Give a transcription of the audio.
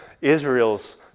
Israel's